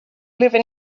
live